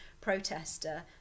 protester